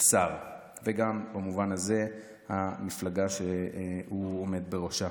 וגם במובן הזה של המפלגה שהוא עומד בראשה.